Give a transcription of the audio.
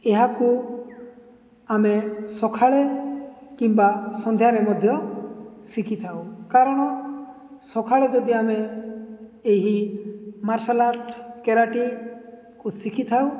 ଏହାକୁ ଆମେ ସକାଳେ କିମ୍ବା ସନ୍ଧ୍ୟାରେ ମଧ୍ୟ ଶିଖିଥାଉ କାରଣ ସକାଳେ ଯଦି ଆମେ ଏହି ମାର୍ଶାଲ୍ ଆର୍ଟ କରାଟିକୁ ଶିଖିଥାଉ